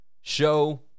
show